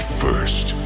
first